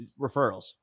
Referrals